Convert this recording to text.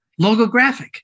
logographic